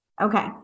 okay